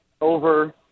over